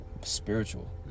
spiritual